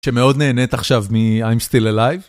שמאוד נהנית עכשיו מ- I'm Still Alive.